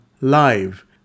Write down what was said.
live